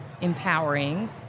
empowering